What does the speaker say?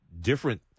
different